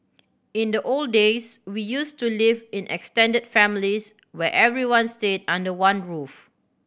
in the old days we used to live in extended families where everyone stayed under one roof